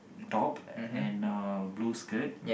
top and uh blue skirt